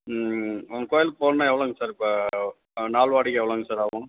அங்கே கோயிலுக்கு போவணும்னா எவ்வளோங்க சார் இப்போ நாள் வாடகை எவ்வளோங்க சார் ஆகும்